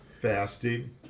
fasting